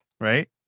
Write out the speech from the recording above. right